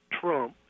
Trump